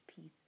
peace